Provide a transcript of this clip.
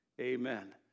Amen